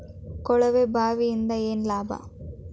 ಕೊಳವೆ ಬಾವಿಯಿಂದ ಏನ್ ಲಾಭಾ?